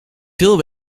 veel